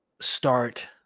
start